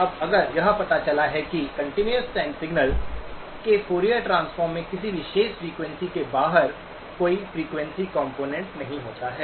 अब अगर यह पता चला है कि कंटीन्यूअस टाइम सिग्नल के फॉरिएर ट्रांसफॉर्म में किसी विशेष फ्रीक्वेंसी के बाहर कोई फ्रीक्वेंसी कंपोनेंट्स नहीं होता है